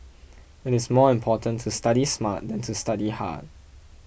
it is more important to study smart than to study hard